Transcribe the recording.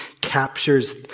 captures